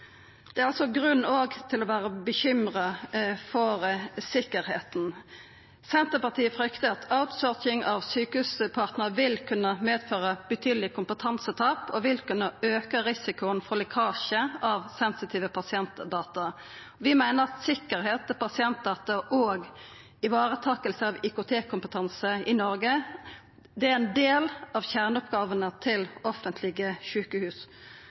Det er altså òg grunn til å vera uroa for tryggleiken. Senterpartiet fryktar at «outsourcing» av Sykehuspartner vil kunna føra til betydeleg kompetansetap og vil kunna auka risikoen for lekkasje av sensitive pasientdata. Vi meiner at tryggleiken til pasientdata og ivaretaking av IKT-kompetanse i Noreg er ein del av kjerneoppgåvene til offentlege sjukehus.